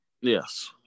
Yes